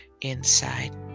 inside